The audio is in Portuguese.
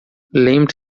lembre